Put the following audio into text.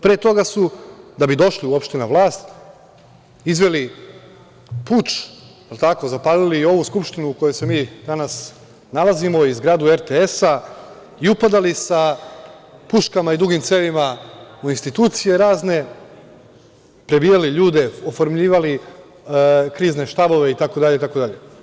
Pre toga su, da bi došli uopšte na vlast, izveli puč, zapalili i ovu Skupštinu u kojoj se mi danas nalazimo, i zgradu RTS-a i upadali sa puškama i dugim cevima u razne institucije, prebijali ljude, oformljivali krizne štabove, itd, itd.